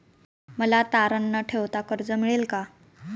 मला तारण न ठेवता कर्ज मिळेल का?